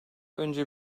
önce